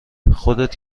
خودت